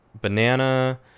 banana